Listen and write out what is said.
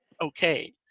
okay